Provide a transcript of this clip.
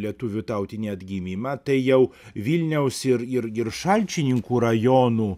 lietuvių tautinį atgimimą tai jau vilniaus ir ir šalčininkų rajonų